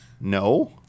No